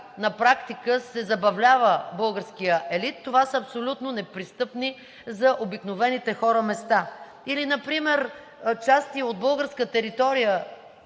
на практика се забавлява българският елит. Това са абсолютно непристъпни за обикновените хора места. Или например части от българска територия